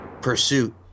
Pursuit